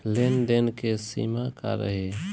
लेन देन के सिमा का रही?